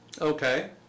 Okay